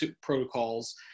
protocols